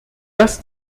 dass